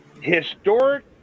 Historic